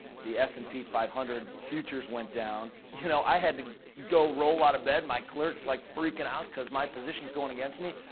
the s and p five hundred futures went down. you know, i had to go roll out of bed. my clerk's, like, freaking out, because my position's going against me.